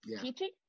teaching